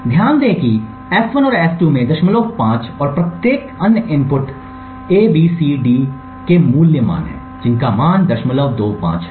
ध्यान दें कि S1 और S2 में 05 और प्रत्येक अन्य इनपुट A B C और D के मूल्य मान हैं जिनका मान 025 है